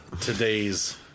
today's